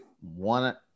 one